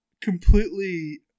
completely